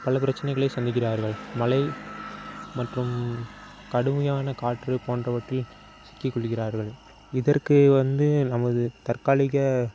பல பிரச்சினைகளை சந்திக்கிறார்கள் மழை மற்றும் கடுமையான காற்று போன்றவற்றில் சிக்கி கொள்கிறார்கள் இதற்கு வந்து நமது தற்காலிக